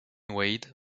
wade